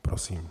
Prosím.